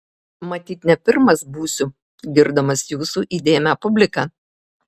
matyt ne pirmas būsiu girdamas jūsų įdėmią publiką